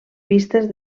pistes